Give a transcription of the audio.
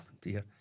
dear